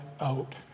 out